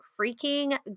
freaking